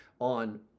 on